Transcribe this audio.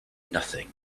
nothing